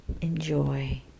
Enjoy